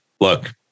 Look